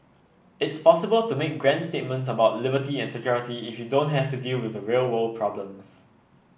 it's possible to make grand statements about liberty and security if you don't have to deal with real world problems